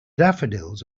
daffodils